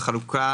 בחלוקה